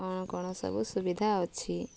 କ'ଣ କ'ଣ ସବୁ ସୁବିଧା ଅଛି